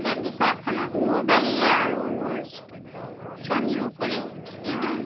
বাগিচাখনত মোৰ বাহিৰে আৰু মোৰ স্বামীয়েও কৰে তেওঁ